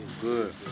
Good